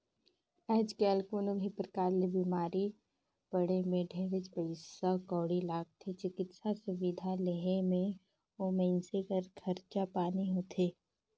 आयज कायल कोनो भी परकार ले बिमारी पड़े मे ढेरेच पइसा कउड़ी लागथे, चिकित्सा सुबिधा लेहे मे ओ मइनसे के खरचा पानी होथे